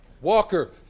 Walker